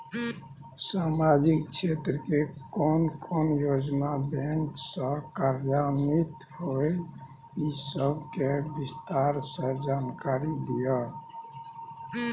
सामाजिक क्षेत्र के कोन कोन योजना बैंक स कार्यान्वित होय इ सब के विस्तार स जानकारी दिय?